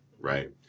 right